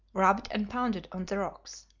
rubbed and pounded on the rocks.